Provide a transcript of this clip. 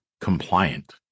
compliant